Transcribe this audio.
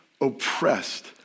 oppressed